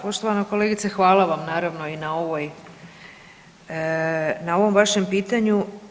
Poštovana kolegice hvala vam naravno i na ovom vašem pitanju.